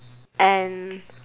and